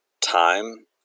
time